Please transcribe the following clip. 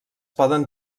poden